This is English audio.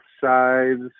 sides